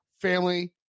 family